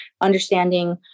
understanding